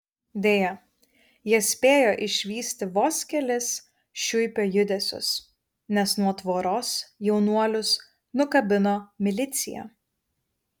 deja jie spėjo išvysti vos kelis šiuipio judesius nes nuo tvoros jaunuolius nukabino milicija